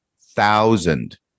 thousand